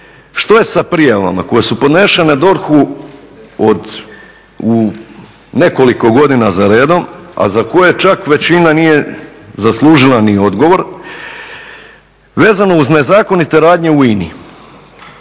što je sa prijavama koje su podnešene DORH-u u nekoliko godina za redom, a za koje čak većina nije zaslužila ni odgovor. Vezano uz nezakonite radnje u INA-i,